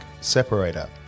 separator